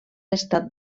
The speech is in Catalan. estat